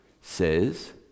says